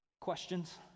questions